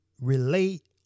relate